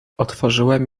otworzyłem